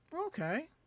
Okay